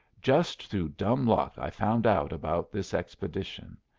just through dumb luck i found out about this expedition.